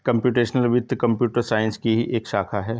computational वित्त computer science की ही एक शाखा है